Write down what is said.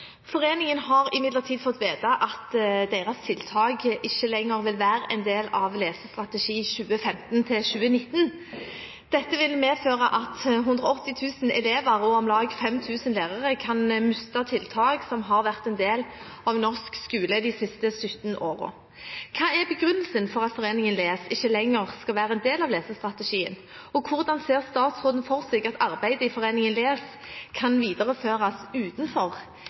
Foreningen har imidlertid fått vite at deres tiltak ikke vil være en del av Lesestrategi 2015–2019. Dette vil medføre at 180 000 elever og om lag 5 000 lærere kan miste tiltak som har vært en del av norsk skole de siste 17 årene. Hva er begrunnelsen for at Foreningen !les ikke lenger skal være del av lesestrategien, og hvordan ser statsråden for seg at arbeidet i Foreningen !les kan videreføres utenfor